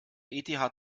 eth